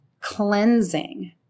cleansing